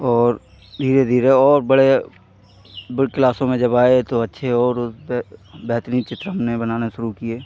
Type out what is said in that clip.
और धीरे धीरे और बड़े बड़े क्लासों में जब आए तो अच्छे और बे बेहतरीन चित्र हमने बनाने शुरू किए